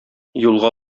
юлга